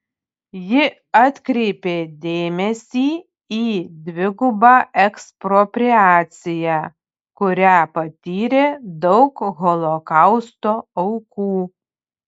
ji atkreipė dėmesį į dvigubą ekspropriaciją kurią patyrė daug holokausto aukų